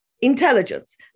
intelligence